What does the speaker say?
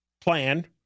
plan